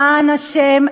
למען השם,